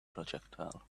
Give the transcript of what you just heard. projectile